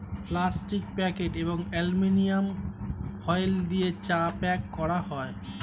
plastic packet এবং aluminium foil দিয়ে চা প্যাক করা হয়